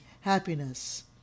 happiness